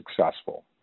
successful